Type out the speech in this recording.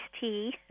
tea